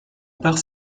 part